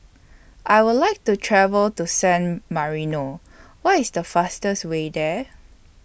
I Would like to travel to San Marino What IS The fastest Way There